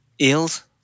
Eels